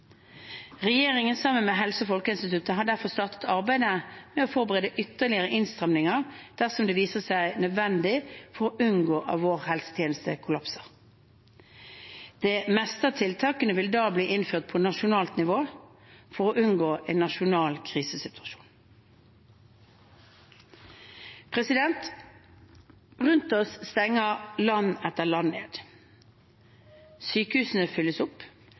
Regjeringen, sammen med Helsedirektoratet og Folkehelseinstituttet, har derfor startet arbeidet med å forberede ytterligere innstramminger dersom det viser seg nødvendig for å unngå at vår helsetjeneste kollapser. Det meste av tiltakene vil da bli innført på nasjonalt nivå, for å unngå en nasjonal krisesituasjon. Rundt oss stenger land etter land ned. Sykehusene fylles opp.